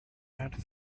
had